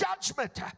judgment